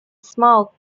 smoke